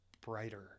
brighter